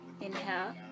Inhale